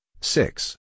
six